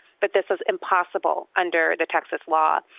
but this was impossible under the texas law.